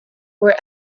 were